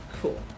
Cool